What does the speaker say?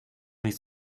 nicht